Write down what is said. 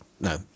no